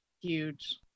huge